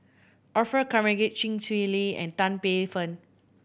Orfeur Cavenagh Chee Swee Lee and Tan Paey Fern